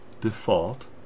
Default